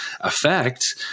effect